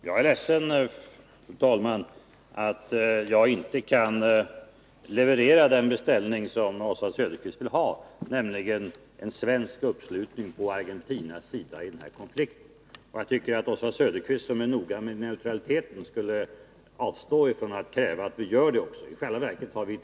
Fru talman! Jag är ledsen att jag inte kan effektuera den beställning som Oswald Söderqvist vill ha utförd, nämligen en svensk uppslutning på Argentinas sida i den här konflikten. Jag tycker att Oswald Söderqvist, som är noga med neutraliteten, också skall avstå från att kräva att vi skall sluta upp på Argentinas sida.